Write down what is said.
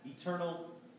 eternal